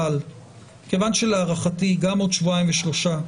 אבל להערכתי גם עוד שבועיים ושלושה,